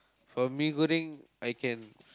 for mee-goreng I can